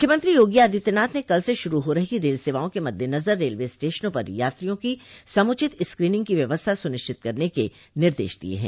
मुख्यमंत्री योगी आदित्यनाथ ने कल से शुरू हो रही रेल सेवाओं के मददेनजर रेलवे स्टेशनों पर यात्रियों की समुचित स्क्रीनिंग की व्यवस्था सुनिश्चित करने के निर्देश दिये हैं